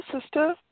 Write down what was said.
sister